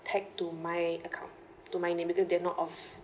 pegged to my account to my name because they're not of